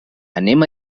anem